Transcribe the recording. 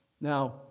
Now